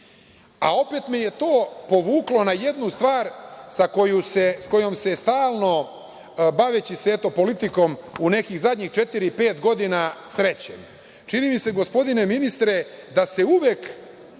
Opet me je to povuklo na jednu stvar kojom se stalno, baveći se politikom u nekih zadnjih četiri, pet godina srećem. Čini mi se gospodine ministre da uvek